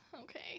Okay